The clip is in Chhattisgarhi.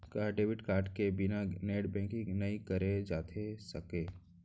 का डेबिट कारड के बिना नेट बैंकिंग नई करे जाथे सके?